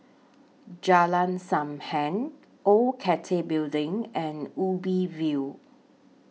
Jalan SAM Heng Old Cathay Building and Ubi View